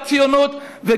ציונות.